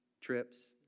trips